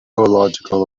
illogical